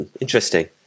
Interesting